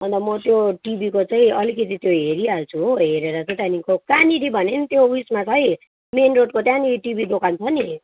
अन्त म त्यो टिभीको चाहिँ अलिकति त्यो हेरिहाल्छु हो हेरेर चाहिँ त्यहाँदेखिको कहाँनिर भने नि त्यो उइसमा छ है मेन रोडको त्यहाँनिर टिभी दोकान छ नि